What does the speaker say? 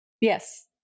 Yes